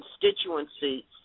constituency